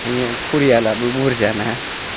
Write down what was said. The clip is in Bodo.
आंनिया फरियालाबो बुरजाना